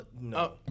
No